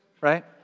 right